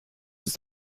ist